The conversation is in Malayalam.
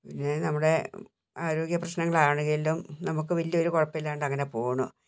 പിന്നെ നമ്മുടെ ആരോഗ്യപ്രശ്നങ്ങൾ ആണെങ്കിലും നമുക്ക് വലിയൊരു കുഴപ്പം ഇല്ലാണ്ട് അങ്ങനെ പോണു